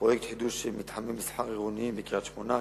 פרויקט חידוש מתחמי מסחר עירוניים בקריית-שמונה,